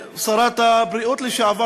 שרת הבריאות לשעבר,